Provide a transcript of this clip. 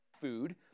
food